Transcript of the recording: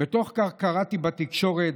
בתוך כך קראתי בתקשורת,